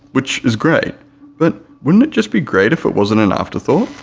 which is great but wouldn't it just be great if it wasn't an afterthought?